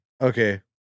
Okay